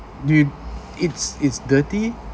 you it's it's dirty